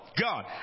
God